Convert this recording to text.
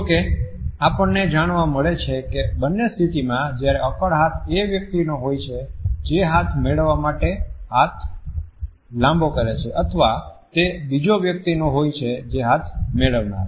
જો કે આપણને જાણવા મળે છે કે બંને સ્થિતિમાં જ્યારે અક્કડ હાથ એ વ્યક્તિનો હોય જે હાથ મેળવવા માટે હાથ લાંબો કરે છે અથવા તે બીજો વ્યક્તિનો હોય જે હાથ મેળવનાર છે